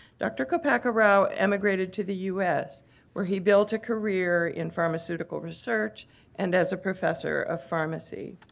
dr. koppaka rao emigrated to the us where he built a career in pharmaceutical research and as a professor of pharmacy.